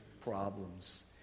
problems